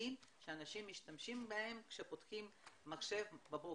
שאנשים משתמשים בהם כשהם פותחים מחשב בבוקר,